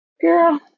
Girl